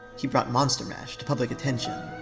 he brought monster mash to public attention.